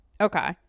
Okay